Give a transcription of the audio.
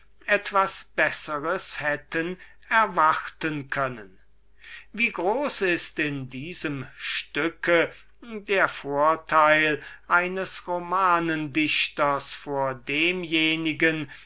etwas bessers hätten erwarten können wie groß ist in diesem stücke der vorteil eines romanendichters vor demjenigen